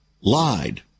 lied